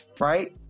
right